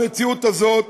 במציאות הזאת,